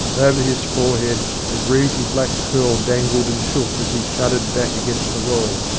over his forehead a greasy black curl dangled and shook as he shuddered back against the wall.